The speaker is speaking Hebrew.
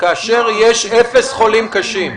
כאשר יש אפס חולים קשים?